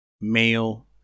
male